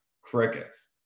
Crickets